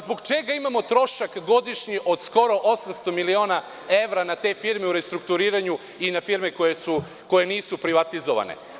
Zbog čega imamo godišnji trošak od skoro 800 miliona evra na te firme u restrukturiranju i na firme koje nisu privatizovane?